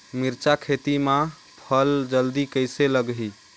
मिरचा खेती मां फल जल्दी कइसे लगही?